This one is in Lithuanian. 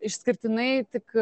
išskirtinai tik